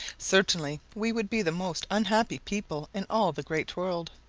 certainly we would be the most unhappy people in all the great world.